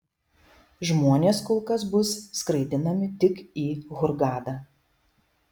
žmonės kol kas bus skraidinami tik į hurgadą